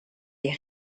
les